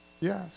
Yes